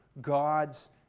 God's